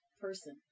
person